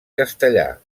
castellar